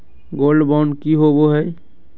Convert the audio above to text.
Gold bond की होबो है?